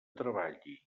treballi